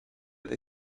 the